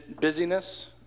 busyness